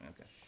Okay